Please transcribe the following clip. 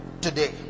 today